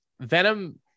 Venom